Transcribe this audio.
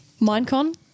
Minecon